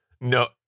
no